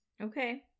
Okay